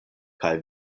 kaj